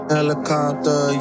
Helicopter